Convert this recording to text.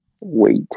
Wait